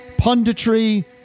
punditry